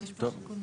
טוב.